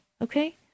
okay